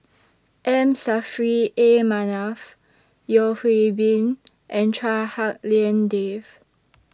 M Saffri A Manaf Yeo Hwee Bin and Chua Hak Lien Dave